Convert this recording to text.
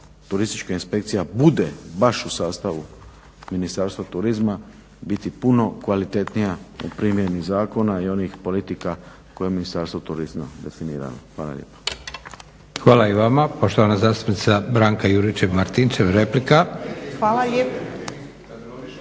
Turistička inspekcija bude baš u sastavu Ministarstva turizma biti puno kvalitetnija u primjeni zakona i onih politika koje Ministarstvo turizma definira. Hvala lijepo.